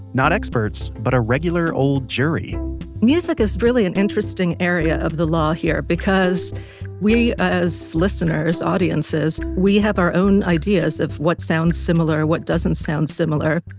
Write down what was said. not experts, but a regular old jury music is really an interesting area of the law here because we as listeners, audiences, we have our own ideas of what sounds similar, what doesn't sound similar,